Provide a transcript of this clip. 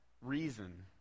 reason